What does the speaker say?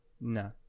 no